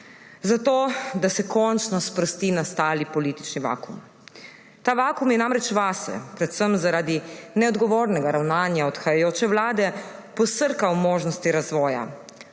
zato da se končno sprosti nastali politični vakuum. Ta vakuum je namreč vase predvsem zaradi neodgovornega ravnanja odhajajoče vlade posrkal možnosti razvoja,